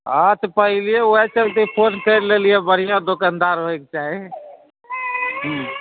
आ तऽ पहिले ओहए चलते फोन कैर लेलियै बढ़िऑं दोकानदार रहैक चाही